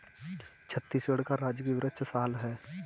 छत्तीसगढ़ का राजकीय वृक्ष साल है